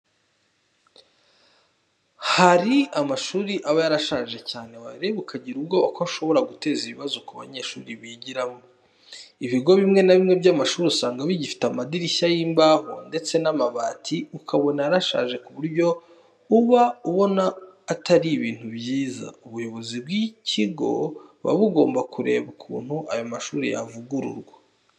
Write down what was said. Hari amashuri aba yarashaje cyane wayareba ukagira ubwoba ko ashobora guteza ibibazo ku banyeshuri bigiramo. Ibigo bimwe na bimwe by'amashuri usanga bigifite amadirishya y'imbaho ndetse n'amabati ukabona yarashaje ku buryo uba ubona atari ibintu byiza. Ubuyobozi bw'ikigo buba bugomba kureba ukuntu ayo mashuri yavugururwa.